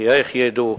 וכי איך ידעו?